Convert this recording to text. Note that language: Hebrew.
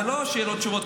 זה לא שאלות ותשובות,